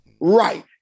right